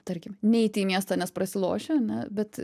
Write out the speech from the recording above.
tarkim neiti į miestą nes prasilošiu ane bet